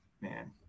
Man